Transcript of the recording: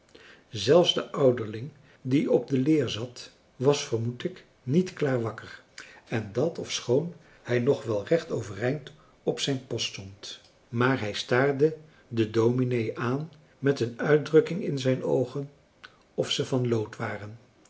zelfs de ouderling die op de leer zat was vermoed ik niet klaar wakker en dat ofschoon hij nog wel recht overeind op zijn post stond maar hij françois haverschmidt familie en kennissen staarde den dominee aan met een uitdrukking in zijn oogen of ze van lood waren